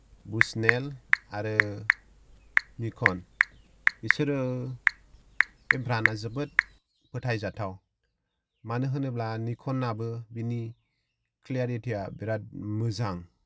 बुसनेल आरो निक'न बेसोरो बे ब्राण्डा जोबोद फोथायजाथाव मानो होनोब्ला निक'न्नाबो बिनि क्लेरितिया बेराद मोजां